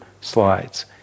slides